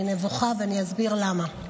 אני נבוכה, ואני אסביר למה.